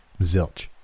Zilch